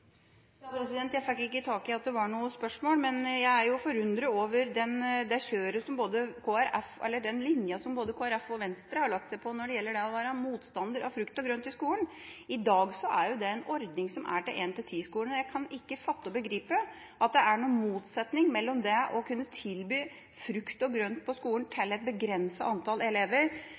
Jeg fikk ikke tak i om det var noe spørsmål, men jeg er forundret over den linjen som både Kristelig Folkepartiet og Venstre har lagt seg på når det gjelder å være motstander av frukt og grønt i skolen. I dag er det en ordning som er for 1. trinn til 10. trinn i skolen. Jeg kan ikke fatte og begripe at det er noen motsetning mellom å tilby frukt og grønt på skolen til et begrenset antall elever,